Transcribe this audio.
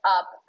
up